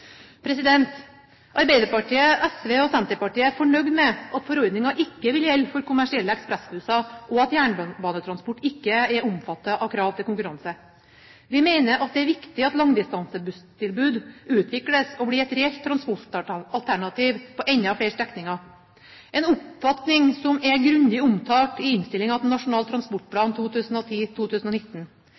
Arbeiderpartiet, SV og Senterpartiet er fornøyd med at forordningen ikke vil gjelde for kommersielle ekspressbusser, og at jernbanetransport ikke er omfattet av krav til konkurranse. Vi mener det er viktig at langdistansebusstilbud utvikles og kan bli et reelt transportalternativ på enda flere strekninger. Det er en oppfatning som er grundig omtalt i innstillingen til Nasjonal transportplan